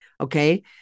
okay